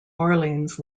orleans